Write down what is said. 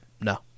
No